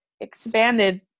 expanded